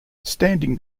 standing